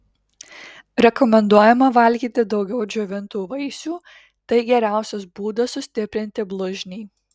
rekomenduojame valgyti daugiau džiovintų vaisių tai geriausias būdas sustiprinti blužnį